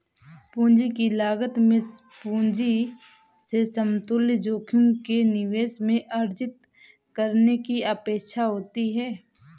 पूंजी की लागत में पूंजी से समतुल्य जोखिम के निवेश में अर्जित करने की अपेक्षा होती है